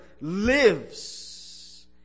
lives